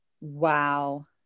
Wow